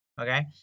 Okay